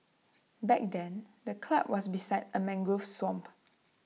back then the club was beside A mangrove swamp